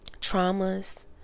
traumas